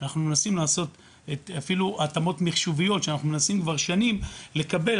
אנחנו מנסים לעשות אפילו התאמות מחשוביות שאנחנו מנסים כבר שנים לקבל,